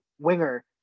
winger